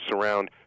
surround